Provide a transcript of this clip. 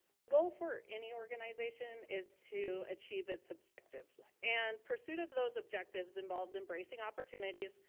the goal for any organization is to achieve its objective. and pursuit of those objectives involves embracing opportunities,